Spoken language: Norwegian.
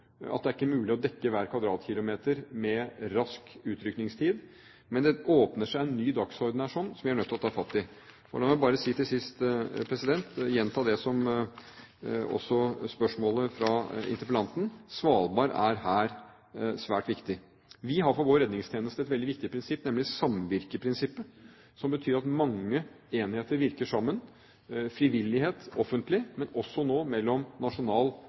at det er ikke mulig å dekke hver kvadratkilometer med rask utrykningstid. Men det åpner seg en ny dagsorden her, som vi er nødt til å ta fatt i. La meg bare til sist gjenta det som også lå i innlegget fra interpellanten: Svalbard er her svært viktig. Vi har for vår redningstjeneste et veldig viktig prinsipp, nemlig samvirkeprinsippet, som betyr at mange enheter virker sammen, frivillighet, offentlig, men også nå mellom